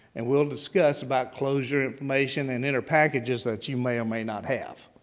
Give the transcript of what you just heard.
and we'll discuss about closure information and inner packages that you may or may not have.